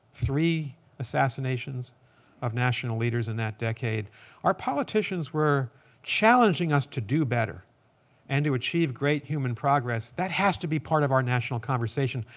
three assassinations of national leaders in that decade our politicians were challenging us to do better and to achieve great human progress. that has to be part of our national conversation.